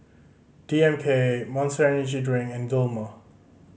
D M K Monster Energy Drink and Dilmah